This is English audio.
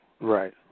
Right